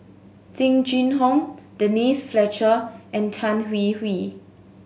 Jing Jun Hong Denise Fletcher and Tan Hwee Hwee